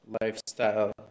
Lifestyle